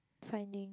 finding